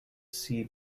sea